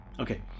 Okay